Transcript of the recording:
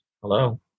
Hello